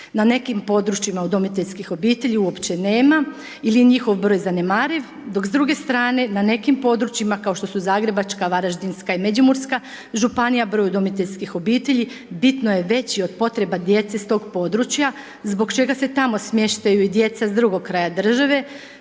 Na nekim područjima udomiteljskih obitelji uopće nema ili je njihov broj zanemariv, dok s druge strane, na nekim područjima, kao što su Zagrebačka, Varaždinska i Međimurska županija, broj udomiteljskih obitelji bitno je veći od potreba djece s tog područja, zbog čega se tamo smještaju i djeca s drugog kraja države,